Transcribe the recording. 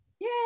Yay